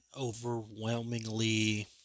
overwhelmingly